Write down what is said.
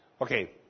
Okay